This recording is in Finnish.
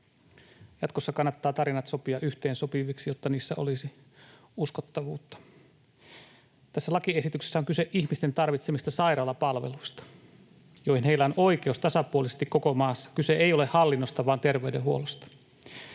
Jatkossa kannattaa tarinat sopia yhteensopiviksi, jotta niissä olisi uskottavuutta. Tässä lakiesityksessä on kyse ihmisten tarvitsemista sairaalapalveluista, joihin heillä on oikeus tasapuolisesti koko maassa. Kyse ei ole hallinnosta vaan terveydenhuollosta.